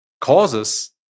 causes